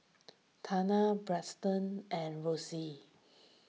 Tania Braxton and Rosie